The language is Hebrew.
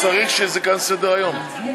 צריך להצביע.